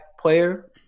player